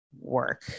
work